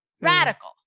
Radical